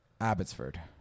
Abbotsford